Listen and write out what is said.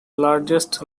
largest